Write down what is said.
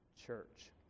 church